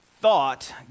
thought